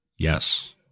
Yes